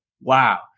wow